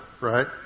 right